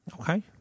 Okay